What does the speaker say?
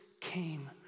came